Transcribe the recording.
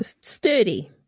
sturdy